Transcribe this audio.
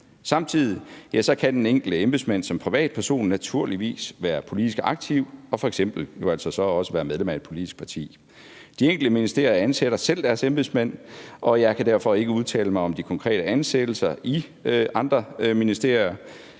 Samtidig kan den enkelte embedsmand som privatperson naturligvis være politisk aktiv og f.eks. jo altså så også være medlem af et politisk parti. De enkelte ministerier, ansætter selv deres embedsmænd, og jeg kan derfor ikke udtale mig om de konkrete ansættelser i andre ministerier.